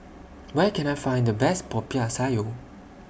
Where Can I Find The Best Popiah Sayur